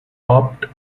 topped